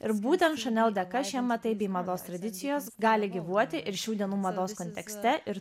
ir būtent chanel dėka šie amatai bei mados tradicijos gali gyvuoti ir šių dienų mados kontekste ir